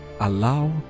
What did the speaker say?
allow